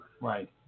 Right